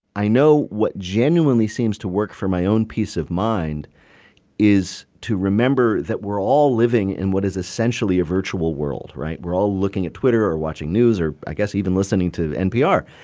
i know what genuinely seems to work for my own peace of mind is to remember that we're all living in what is essentially a virtual world, right? we're all looking at twitter or watching news or, i guess, even listening to npr.